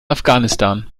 afghanistan